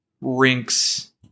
rinks